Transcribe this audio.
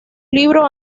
libros